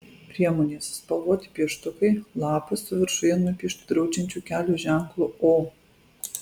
priemonės spalvoti pieštukai lapas su viršuje nupieštu draudžiančiu kelio ženklu o